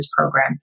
program